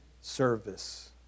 service